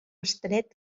estret